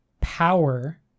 power